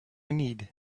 need